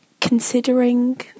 considering